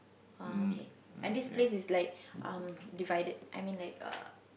uh okay and this place is like um divided I mean like uh